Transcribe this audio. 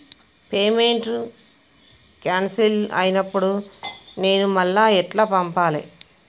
Payment cancel అయినపుడు నేను మళ్ళా ఎట్ల పంపాలే?